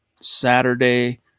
Saturday